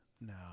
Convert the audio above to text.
No